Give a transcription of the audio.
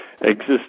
exist